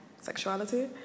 sexuality